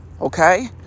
okay